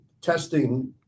testing